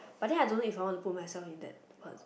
but then I don't know if I want to put myself in that pos~